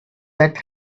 that